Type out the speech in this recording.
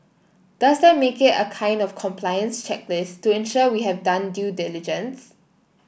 does that make it a kind of compliance checklist to ensure we have done due diligence